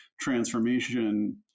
transformation